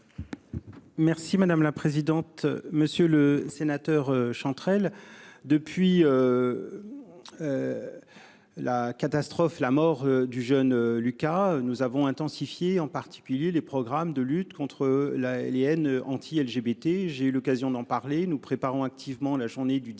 Merci madame la présidente, monsieur le Sénat. Auteur Chantrel depuis. La catastrophe la mort du jeune Lucas. Nous avons intensifié en particulier les programmes de lutte contre la et haine anti-LGBT. J'ai eu l'occasion d'en parler, nous préparons activement la journée du 17